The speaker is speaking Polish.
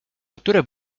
które